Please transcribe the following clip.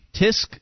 Tisk